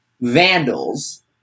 vandals